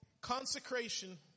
consecration